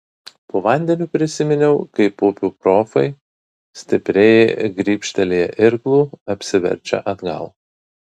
po vandeniu prisiminiau kaip upių profai stipriai grybštelėję irklu apsiverčia atgal